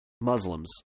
muslims